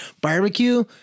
barbecue